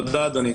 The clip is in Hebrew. תודה, אדוני.